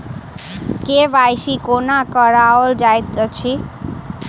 KYC कोना कराओल जाइत अछि?